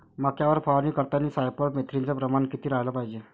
मक्यावर फवारनी करतांनी सायफर मेथ्रीनचं प्रमान किती रायलं पायजे?